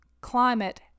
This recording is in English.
climate